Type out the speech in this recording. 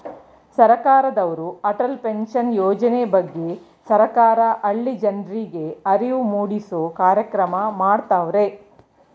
ಸರ್ಕಾರದವ್ರು ಅಟಲ್ ಪೆನ್ಷನ್ ಯೋಜನೆ ಬಗ್ಗೆ ಸರ್ಕಾರ ಹಳ್ಳಿ ಜನರ್ರಿಗೆ ಅರಿವು ಮೂಡಿಸೂ ಕಾರ್ಯಕ್ರಮ ಮಾಡತವ್ರೆ